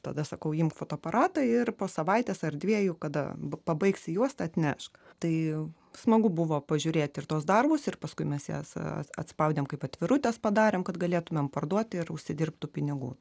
tada sakau imk fotoaparatą ir po savaitės ar dviejų kada pabaigsi juostą atnešk tai smagu buvo pažiūrėt ir tuos darbus ir paskui mes jas atspaudėm kaip atvirutes padarėm kad galėtumėm parduoti ir užsidirbtų pinigų